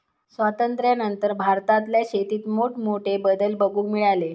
स्वातंत्र्यानंतर भारतातल्या शेतीत मोठमोठे बदल बघूक मिळाले